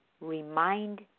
remind